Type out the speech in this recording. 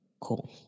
Cool